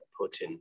Putin